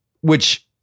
which-